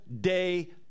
day